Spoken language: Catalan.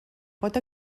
pot